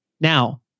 Now